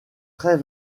très